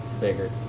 bigger